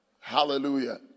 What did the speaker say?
Hallelujah